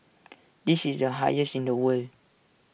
this is the highest in the world